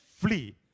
flee